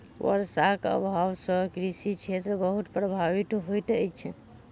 वर्षाक अभाव सॅ कृषि क्षेत्र बहुत प्रभावित होइत अछि